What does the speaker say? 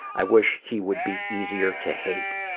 i wish he would be easier to hate.